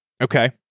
Okay